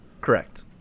Correct